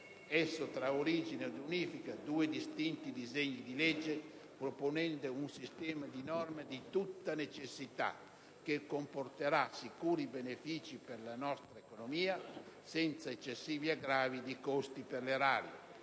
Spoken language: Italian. Esso trae origine ed unifica due distinti disegni di legge proponendo un sistema di norme di tutta necessità che comporterà sicuri benefici per la nostra economia, senza eccessivi aggravio di costi per l'Erario,